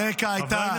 רגע, אז